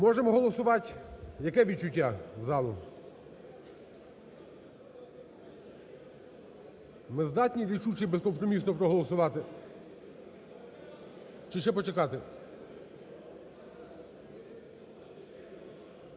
Можемо голосувати, яке відчуття залу? Ми здатні рішуче і безкомпромісно проголосувати чи ще почекати?